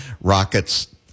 Rockets